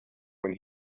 when